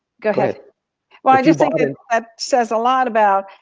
go ahead. well, i just think it ah says a lot about,